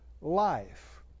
life